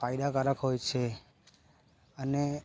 ફાયદાકારક હોય છે અને